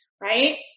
right